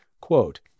quote